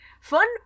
fun